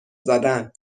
زدن